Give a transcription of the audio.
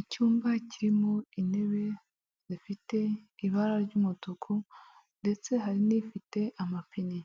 Icyumba kirimo intebe zifite ibara ry'umutuku ndetse hari n'ifite amapine,